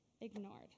ignored